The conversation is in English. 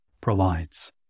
provides